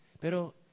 Pero